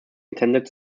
intended